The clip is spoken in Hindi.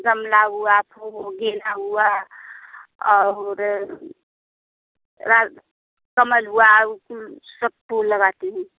गमला हुआ फूल गेंदा हुआ और राज कमल हुआ सब फूल लगाती हूँ